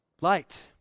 Light